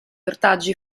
ortaggi